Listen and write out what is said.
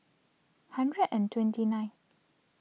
hundred and twenty nine